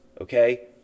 Okay